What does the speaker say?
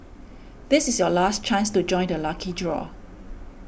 this is your last chance to join the lucky draw